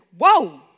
whoa